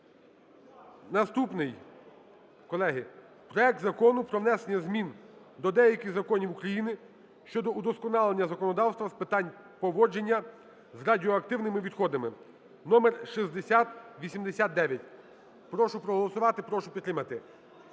Наступний, колеги, проект Закону про внесення змін до деяких законів України щодо удосконалення законодавства з питань поводження з радіоактивними відходами (№ 6089). Прошу проголосувати. Прошу підтримати.